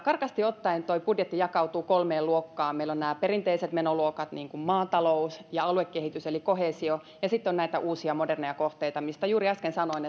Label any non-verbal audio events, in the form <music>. karkeasti ottaen budjetti jakautuu kolmeen luokkaan meillä on nämä perinteiset menoluokat niin kuin maatalous ja aluekehitys eli koheesio ja sitten on näitä uusia moderneja kohteita mistä juuri äsken sanoin <unintelligible>